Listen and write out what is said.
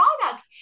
product